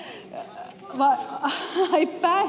ai vanhuksille